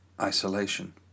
isolation